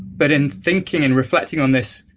but in thinking and reflecting on this,